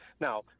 Now